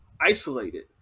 isolated